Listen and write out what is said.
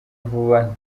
vuba